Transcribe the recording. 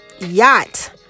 yacht